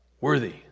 worthy